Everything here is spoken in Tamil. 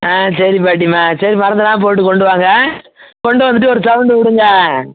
ஆ சரி பாட்டியம்மா சரி மறந்துறாமல் போட்டு கொண்டு வாங்க கொண்டு வந்துட்டு ஒரு சவுண்ட் விடுங்க